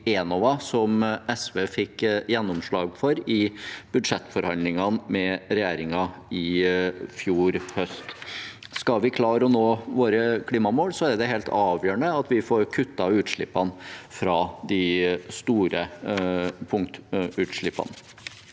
som SV fikk gjennomslag for i budsjettforhandlingene med regjeringen i fjor høst. Skal vi klare å nå våre klimamål, er det helt avgjørende at vi får kuttet utslippene fra de store punktutslippene.